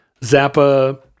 Zappa